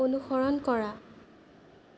অনুসৰণ কৰা